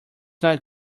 not